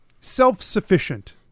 self-sufficient